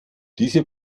diese